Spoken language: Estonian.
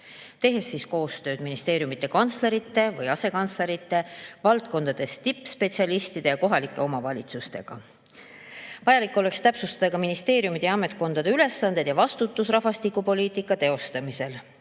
tehes koostööd ministeeriumide kantslerite ja asekantsleritega, valdkondade tippspetsialistide ja kohalike omavalitsustega. Vajalik oleks täpsustada ka ministeeriumide ja muude ametkondade ülesanded ja vastutus rahvastikupoliitika teostamisel.